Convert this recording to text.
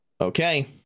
Okay